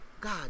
God